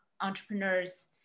entrepreneurs